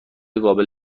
قابل